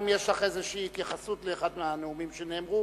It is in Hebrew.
אם יש לך איזושהי התייחסות לאחד מהנאומים שנאמרו,